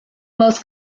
most